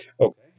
Okay